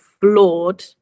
flawed